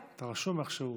אתה רשום איכשהו.